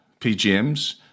PGMs